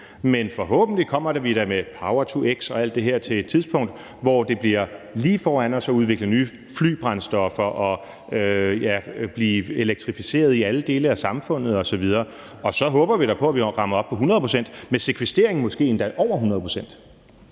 Men forhåbentlig kommer vi da med power-to-x og alt det her frem til et tidspunkt, hvor det ligger lige foran os at udvikle nye flybrændstoffer og blive elektrificeret i alle dele af samfundet osv. Og så håber vi da på, at vi når op på 100 pct. – med sekvestreringen måske endda over 100